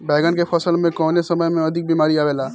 बैगन के फसल में कवने समय में अधिक बीमारी आवेला?